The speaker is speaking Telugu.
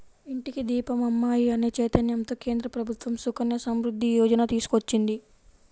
ఇంటికి దీపం అమ్మాయి అనే చైతన్యంతో కేంద్ర ప్రభుత్వం సుకన్య సమృద్ధి యోజన తీసుకొచ్చింది